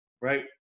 right